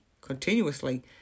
Continuously